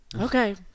okay